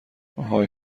آهای